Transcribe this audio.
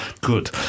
Good